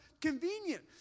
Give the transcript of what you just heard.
convenient